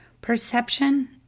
Perception